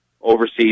overseas